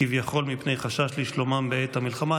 כביכול מפני חשש לשלומם בעת המלחמה.